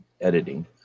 editing